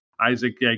Isaac